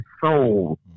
soul